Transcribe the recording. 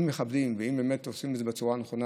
אם מכבדים ואם עושים את זה בצורה הנכונה,